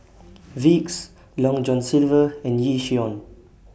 Vicks Long John Silver and Yishion